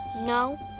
no.